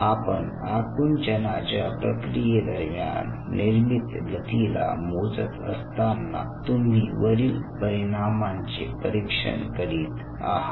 आपण आकुंचनाच्या प्रक्रियेदरम्यान निर्मित गतीला मोजत असताना तुम्ही वरील परिणामांचे परीक्षण करीत आहात